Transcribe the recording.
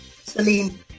Celine